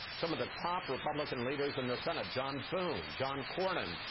so i'm of the top republican leaders in the senate. john thune, john cornyn,